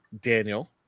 Daniel